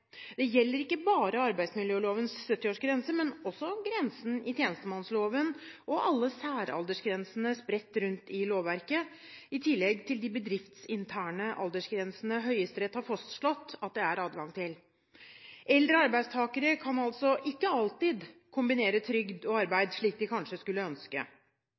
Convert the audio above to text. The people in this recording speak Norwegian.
Det gjelder ikke bare arbeidsmiljølovens 70-årsgrense, men også grensen i tjenestemannsloven og alle særaldersgrensene spredt rundt i lovverket, i tillegg til de bedriftsinterne aldersgrensene Høyesterett har fastslått at det er adgang til. Eldre arbeidstakere kan altså ikke alltid kombinere trygd og arbeid, slik de kanskje skulle ønske.